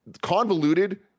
convoluted